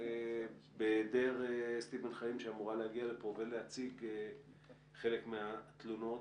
בהיעדר אסתי בן חיים שאמורה להגיע לפה ולהציג חלק מהתלונות,